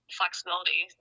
flexibility